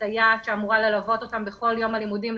סייעת שאמורה ללוות אותם בכל יום הלימודים,